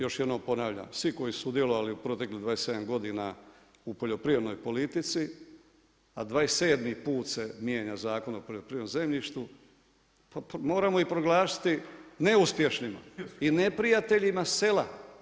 Još jednom ponavljam, svi koji su sudjelovali u proteklih 27 godina u poljoprivrednoj polici, a 27. put se mijenja Zakon o poljoprivrednom zemljištu, pa moramo ih proglasiti neuspješnima i neprijateljima sela.